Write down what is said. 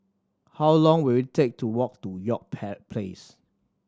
how long will it take to walk to York Place